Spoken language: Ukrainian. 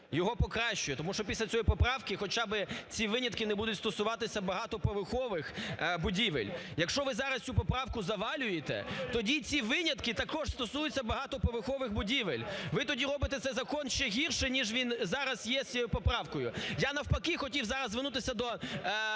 його покращує. Тому що після цієї поправки хоча би ці винятки не будуть стосуватися багатоповерхових будівель. Якщо ви зараз цю поправку "завалюєте", тоді ці винятки також стосуються багатоповерхових будівель. Ви тоді робите цей закон ще гірший, ніж він зараз є з цією поправкою. Я навпаки хотів зараз звернутися до